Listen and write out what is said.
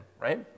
right